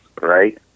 right